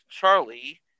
Charlie